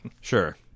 sure